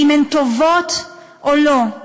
אם הן טובות או לא,